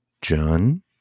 John